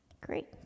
Great